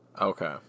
Okay